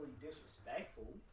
disrespectful